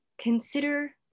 consider